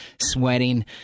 sweating